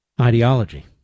ideology